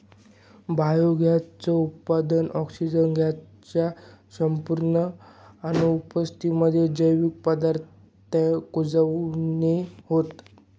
biogas च उत्पादन, oxygen gas च्या संपूर्ण अनुपस्थितीमध्ये, जैविक पदार्थांच्या कुजल्याने होतं